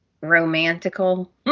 romantical